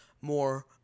more